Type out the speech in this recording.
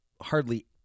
hardly